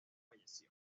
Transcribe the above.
falleció